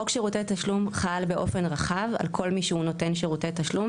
חוק שירותי תשלום חל באופן רחב על כל מי שהוא נותן שירותי תשלום